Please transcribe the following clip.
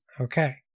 Okay